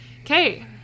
okay